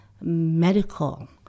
medical